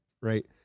right